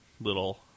little